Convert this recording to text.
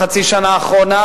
בחצי השנה האחרונה,